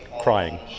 crying